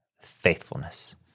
faithfulness